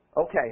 okay